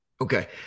Okay